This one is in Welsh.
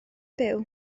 byw